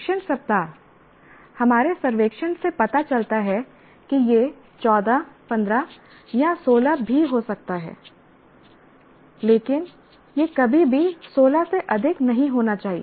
शिक्षण सप्ताह हमारे सर्वेक्षण से पता चलता है कि यह 14 15 या 16 भी हो सकता है लेकिन यह कभी भी 16 से अधिक नहीं होना चाहिए